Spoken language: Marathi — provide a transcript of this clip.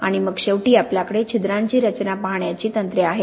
आणि मग शेवटी आपल्याकडे छिद्रांची रचना पाहण्याची तंत्रे आहेत